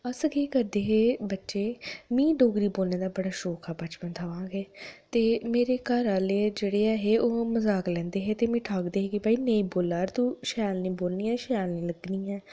अस केह् करदे हे बच्चे मिगी डोगरी बोलने दा बड़ा शौक हा बचपनथमां गे ते मेरे घार आह्ले जेह्ड़े ऐ हे ओह् मजाक लैंदे हे ते मिगी ठाकदे हे नेई बोल्ला कर तू शैल नेई बोलनी ऐ तू शैल नीं लग्गनी ऐं